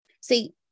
See